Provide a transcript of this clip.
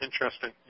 interesting